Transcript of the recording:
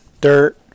dirt